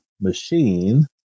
machine